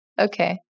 okay